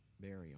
burial